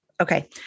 Okay